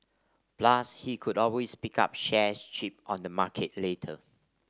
plus he could always pick up shares cheap on the market later